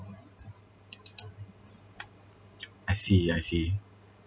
I see I see